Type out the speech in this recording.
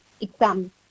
exam